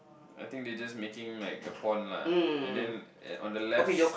I think they just making like a pond lah and then on the left